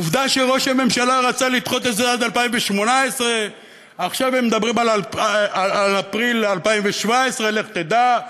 עובדה שראש הממשלה רצה לדחות את זה עד 2018. עכשיו הם מדברים על אפריל 2017. לך תדע,